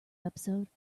episode